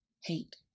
hate